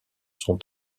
sont